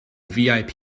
vip